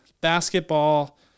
Basketball